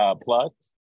plus